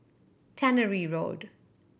Tannery Road